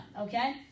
Okay